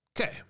Okay